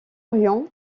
orient